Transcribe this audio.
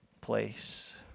place